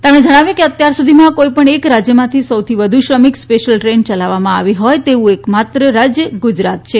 તેમણે જણાવ્યું કે અત્યાર સુધીમાં કોઇ પણ એક રાજ્યમાંથી સૌથી વધુ શ્રમિક સ્પેશ્યલ ટ્રેન યલાવવામાં આવી હોય તેવું એક માત્ર રાજ્ય ગુજરાત છે